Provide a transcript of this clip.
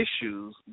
issues